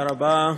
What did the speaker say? תודה רבה.